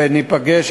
וניפגש,